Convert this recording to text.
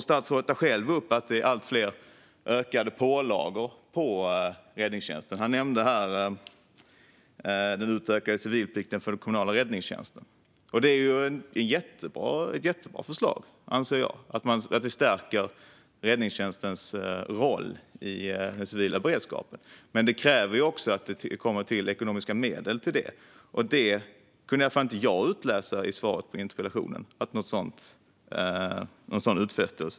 Statsrådet tar själv upp att det är allt fler ökade pålagor på räddningstjänsten. Han nämnde här den utökade civilplikten för den kommunala räddningstjänsten. Det är ju ett jättebra förslag, anser jag. Det stärker räddningstjänstens roll i den civila beredskapen. Men det kräver att det också kommer till ekonomiska medel till det, och någon sådan utfästelse kan i alla fall inte jag utläsa i svaret på interpellationen.